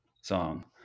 song